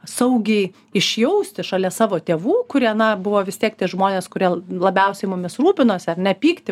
saugiai išjausti šalia savo tėvų kurie na buvo vis tiek tie žmonės kurie labiausiai mumis rūpinosi ar ne pykti